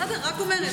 בסדר, אני רק אומרת.